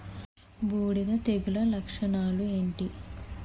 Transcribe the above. బూడిద తెగుల లక్షణాలు ఏంటి?